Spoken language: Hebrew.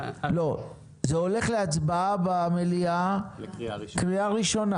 זה הולך להצבעה במליאה לקריאה ראשונה